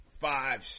Five